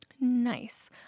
Nice